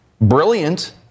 brilliant